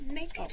make